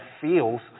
feels